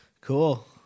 Cool